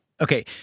Okay